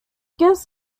guests